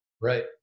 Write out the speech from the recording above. Right